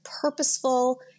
purposeful